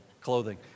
clothing